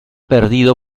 perdido